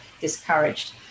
discouraged